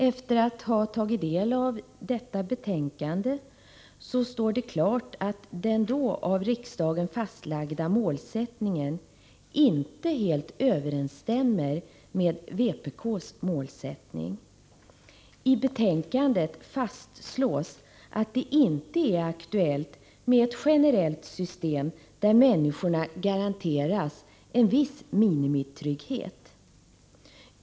Efter att ha tagit del av detta betänkande står det klart att den då av riksdagen fastlagda målsättning en inte helt överensstämmer med vpk:s målsättning. I betänkandet fastslås att det inte är aktuellt med ett generellt system där människorna garanteras en viss minimitrygghet.